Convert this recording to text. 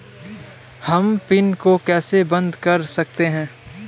हम पिन को कैसे बंद कर सकते हैं?